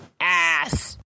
ass